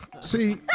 See